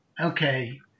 okay